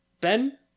ben